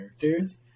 characters